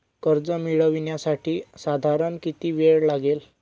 कर्ज मिळविण्यासाठी साधारण किती वेळ लागेल?